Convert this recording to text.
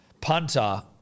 Punter